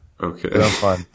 Okay